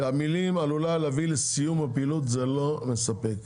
קודם כל המילים שעלולה להביא לסיום הפעילות זה לא מספק.